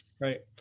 Right